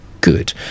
Good